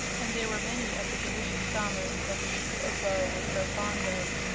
and there were many of the delicious damas that the people of voe were so fond of.